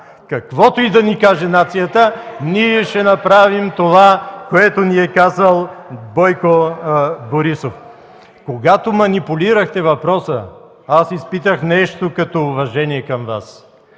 Каквото и да ни каже нацията, ние ще направим това, което ни е казал Бойко Борисов.” Когато манипулирахте въпроса, изпитах нещо като уважение към Вас,